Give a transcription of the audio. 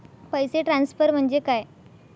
पैसे ट्रान्सफर म्हणजे काय?